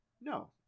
No